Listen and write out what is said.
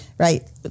right